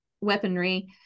weaponry